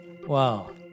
wow